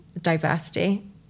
diversity